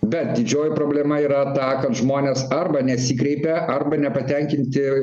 bet didžioji problema yra ta kad žmonės arba nesikreipia arba nepatenkinti